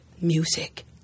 music